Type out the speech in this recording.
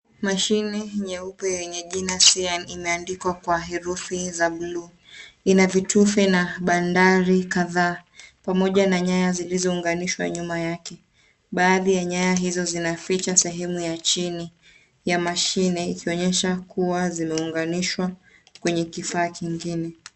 Mashine nyeupe yenye jina SCIAN imeandikwa kwa herufi za buluu. Ina vitufe na bandari kadhaa pamoja na nyanya zilizounganishwa nyuma yake. Baadhi ya nyanya hizo zinaficha sehemu ya chini ya mashine ikionyesha kuwa zimeunganishwa kwenye kifaa kingine.